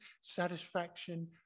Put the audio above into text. satisfaction